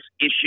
issue